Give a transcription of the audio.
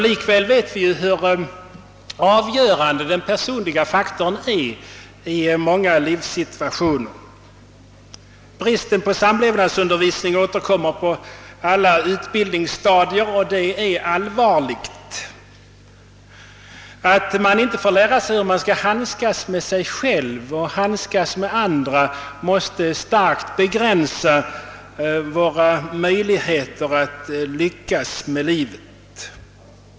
Likväl vet vi hur avgörande den personliga faktorn är i många livssituationer. Bristen på samlevnadsundervisning visar sig på alla utbildningsstadier, och det är allvarligt. Att man inte får lära sig, hur man skall handskas med sig själv och med andra, måste starkt begränsa våra möjligheter att lyckas med livet.